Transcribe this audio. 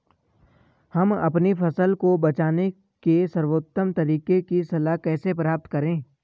हम अपनी फसल को बचाने के सर्वोत्तम तरीके की सलाह कैसे प्राप्त करें?